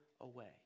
away